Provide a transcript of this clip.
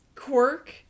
Quirk